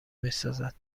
میسازد